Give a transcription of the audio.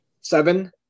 Seven